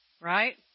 Right